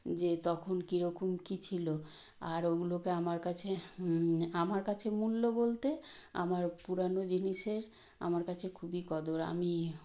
যে তখন কীরকম কি ছিলো আর ওগুলোকে আমার কাছে আমার কাছে মূল্য বলতে আমার পুরানো জিনিসের আমার কাছে খুবই কদর আমি